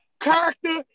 character